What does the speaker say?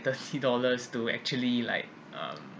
thirty dollars to actually like um